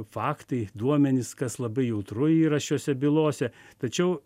faktai duomenys kas labai jautru yra šiose bylose tačiau